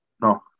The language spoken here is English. No